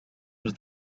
was